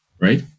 right